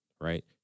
right